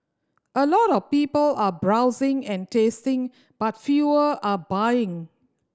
a lot of people are browsing and tasting but fewer are buying